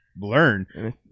learn